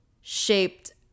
shaped